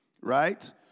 Right